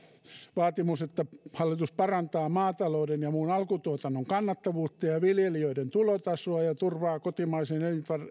vaatimus että hallitus parantaa maatalouden ja muun alkutuotannon kannattavuutta ja ja viljelijöiden tulotasoa ja turvaa kotimaisen